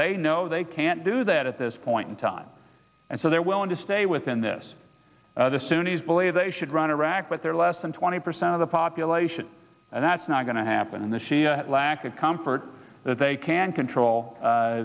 they know they can't do that at this point in time and so they're willing to stay within this the sunni's believe they should run iraq with their less than twenty percent of the population and that's not going to happen in the lack of comfort that they can't control